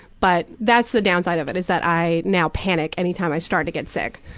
but that's the downside of it, is that i now panic any time i start to get sick.